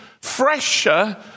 fresher